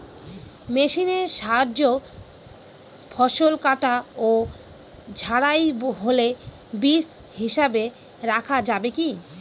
মেশিনের সাহায্যে ফসল কাটা ও ঝাড়াই হলে বীজ হিসাবে রাখা যাবে কি?